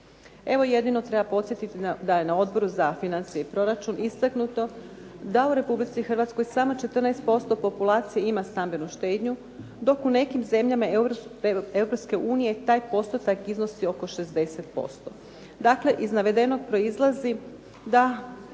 Evo jedino treba podsjetiti da je na Odboru za financije i proračun istaknuto da u RH samo 14% populacije ima stambenu štednju dok u nekim zemljama EU taj postotak iznosi oko 60%. Dakle, iz navedenog proizlazi da